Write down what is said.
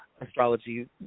astrology